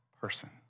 person